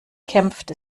kämpft